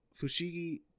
Fushigi